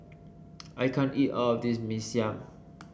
I can't eat all of this Mee Siam